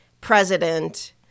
president